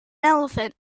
elephant